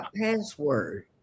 password